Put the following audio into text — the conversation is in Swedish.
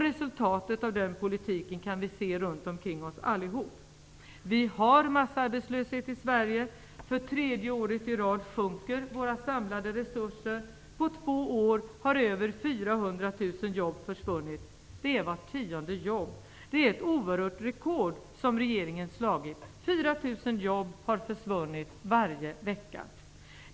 Resultatet av denna politik kan vi allihop se runt omkring oss. Vi har massarbetslöshet i Sverige. För tredje året i rad minskar våra samlade resurser. På två år har över 400 000 jobb försvunnit. Det är vart tionde jobb. Det är ett oerhört rekord som regeringen har slagit. 4 000 jobb har försvunnit varje vecka!